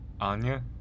Anya